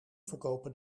verkopen